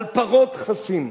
על פרות חסים.